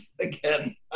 again